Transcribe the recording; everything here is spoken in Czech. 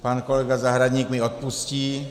Pan kolega Zahradník mi odpustí.